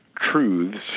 truths